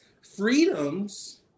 freedoms